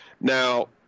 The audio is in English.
Now